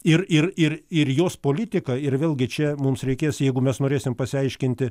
ir ir ir ir jos politiką ir vėlgi čia mums reikės jeigu mes norėsim pasiaiškinti